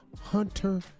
hunter